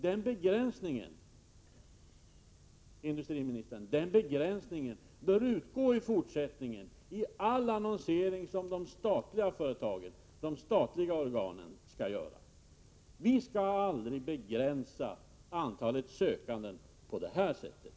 Den begränsningen, industriministern, bör utgå i fortsättningen ur all den annonsering som de statliga organen genomför. Vi skall aldrig begränsa antalet sökande på detta sätt.